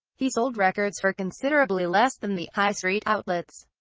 he sold records for considerably less than the high street outlets,